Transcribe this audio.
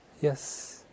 Yes